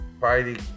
fighting